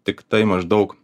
tiktai maždaug